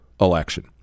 election